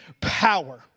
power